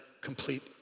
complete